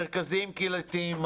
מרכזים קהילתיים,